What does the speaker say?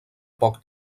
poc